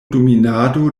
dominado